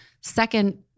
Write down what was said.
Second